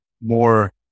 more